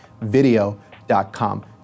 video.com